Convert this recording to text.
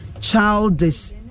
childish